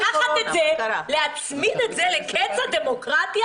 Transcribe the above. -- לקחת את זה ולהצמיד את זה לקץ הדמוקרטיה?